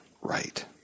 right